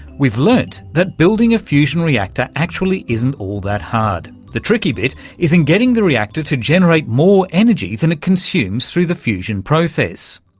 we've learnt that building a fusion reactor actually isn't all that hard. the tricky bit is in getting the reactor to generate more energy than it consumes through the fusion process.